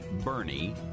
Bernie